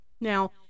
Now